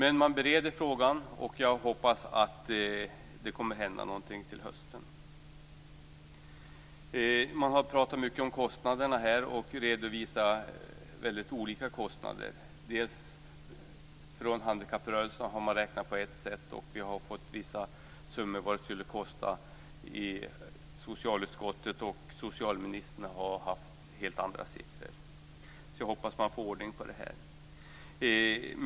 Frågan är under beredning. Jag hoppas att det kommer att hända någonting till hösten. Man har här talat mycket om kostnaderna och redovisat väldigt olika kostnader. Från handikapprörelserna har man räknat på ett sätt, vi har i socialutskottet fått vissa uppgifter om vilka summor det skulle kosta, och socialministern har haft helt andra siffror. Jag hoppas att man får ordning på det.